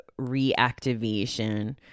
reactivation